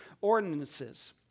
ordinances